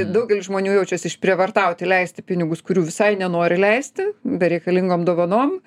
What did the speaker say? daugelis žmonių jaučiasi išprievartauti leisti pinigus kurių visai nenori leisti bereikalingom dovanom